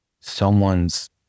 someone's